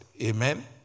Amen